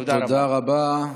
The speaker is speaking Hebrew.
תודה רבה.